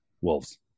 Wolves